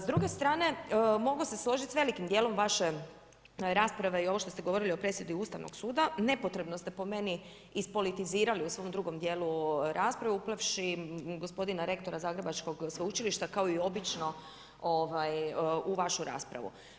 S druge strane, mogu se složiti s velikim djelom vaše rasprave i ovo što ste govorili o presudi Ustavnog suda, nepotrebno ste po meni ispolitizirali u svom drugom djelu rasprave, uplevši gospodina rektora zagrebačkog sveučilišta kao i obično u vašu raspravu.